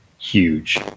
huge